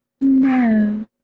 No